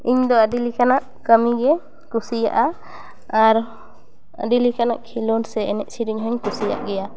ᱤᱧ ᱫᱚ ᱟᱹᱰᱤ ᱞᱮᱠᱟᱱᱟᱜ ᱠᱟᱹᱢᱤᱜᱮ ᱠᱩᱥᱤᱭᱟᱜᱼᱟ ᱟᱨ ᱟᱹᱰᱤ ᱞᱮᱠᱟᱱᱟᱜ ᱠᱷᱮᱞᱳᱰ ᱥᱮ ᱮᱱᱮᱡ ᱥᱮᱨᱮᱧ ᱦᱚᱧ ᱠᱩᱥᱤᱭᱟᱜ ᱜᱮᱭᱟ